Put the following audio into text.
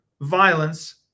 violence